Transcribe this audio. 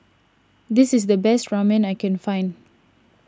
this is the best Ramen I can find